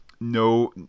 no